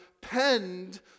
penned